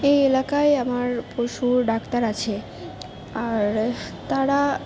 এই এলাকায় আমার পশু ডাক্তার আছে আর তারা